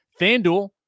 FanDuel